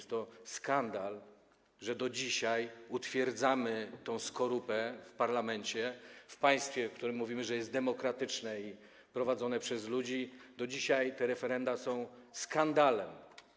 To skandal, że do dzisiaj utwierdzamy tę skorupę w parlamencie, w państwie, o którym mówimy, że jest demokratyczne i prowadzone przez ludzi, do dzisiaj te referenda są skandalem.